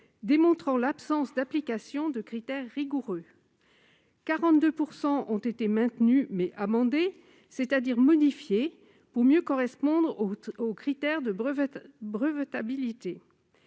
démontrant l'absence d'application de critères rigoureux ; 42 % ont été maintenus, mais amendés, c'est-à-dire qu'ils ont été modifiés pour mieux correspondre aux critères de brevetabilité.